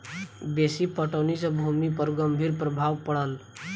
बेसी पटौनी सॅ भूमि पर गंभीर प्रभाव पड़ल